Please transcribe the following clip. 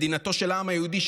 מדינתו של העם היהודי,